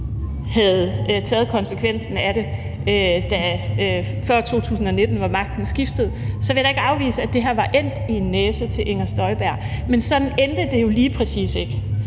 havde taget konsekvensen af det før 2019, hvor magten skiftede. Jeg vil da ikke afvise, at det her så var endt i en næse til Inger Støjberg. Men sådan endte det jo lige præcis ikke.